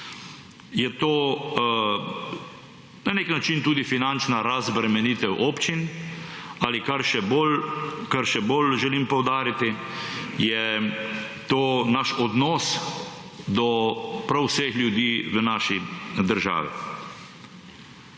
je to, na nek način tudi finančna razbremenitev občin ali kar še bolj želim poudariti, je to naš odnos do prav vseh ljudi v naši državi.